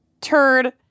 turd